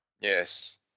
Yes